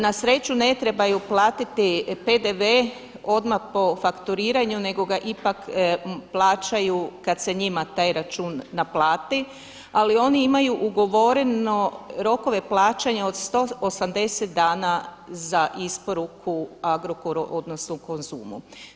Na sreću ne trebaju platiti PDV odmah po fakturiranju nego ga ipak plaćaju kada se njima taj račun naplati ali oni imaju ugovorene rokove plaćanja od 180 dana za isporuku Agrokoru, odnosno Konzumu.